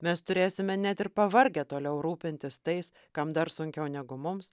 mes turėsime net ir pavargę toliau rūpintis tais kam dar sunkiau negu mums